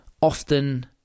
Often